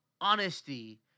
honesty